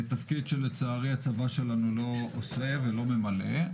תפקיד שלצערי הצבא שלנו לא עושה ולא ממלא.